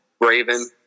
Raven